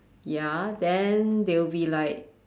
ya then they'll be like